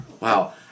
Wow